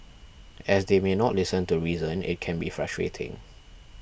as they may not listen to reason it can be frustrating